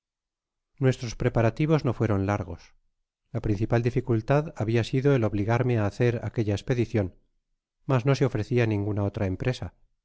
nuestros preparativos no fueron largos la principal dificultad habia sido el obligarme á hacer aquella espedicion mas no se ofrecía ninguna otra empresa